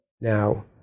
now